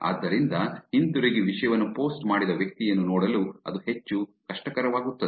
ಆದ್ದರಿಂದ ಹಿಂತಿರುಗಿ ವಿಷಯವನ್ನು ಪೋಸ್ಟ್ ಮಾಡಿದ ವ್ಯಕ್ತಿಯನ್ನು ನೋಡಲು ಅದು ಹೆಚ್ಚು ಕಷ್ಟಕರವಾಗುತ್ತದೆ